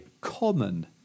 Common